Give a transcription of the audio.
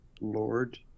Lord